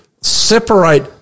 separate